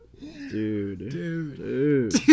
dude